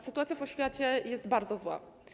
Sytuacja w oświacie jest bardzo zła.